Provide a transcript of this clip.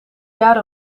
jaar